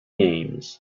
names